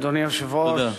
אדוני היושב-ראש,